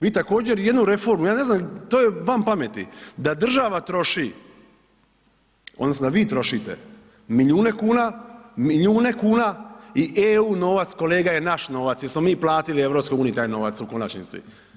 Vi također jednu reformu, ja ne znam to je van pameti, da država troši odnosno da vi trošite milijuna kuna, milijuna kuna i eu novac kolega je naš novac jesmo mi platili EU taj novac u konačnici.